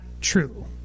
true